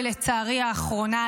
ולצערי האחרונה,